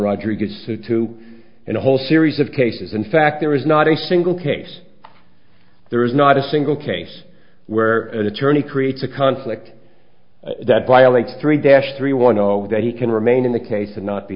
rodriguez suit two and a whole series of cases in fact there is not a single case there is not a single case where an attorney creates a conflict that violates three dash three one one that he can remain in the case and not be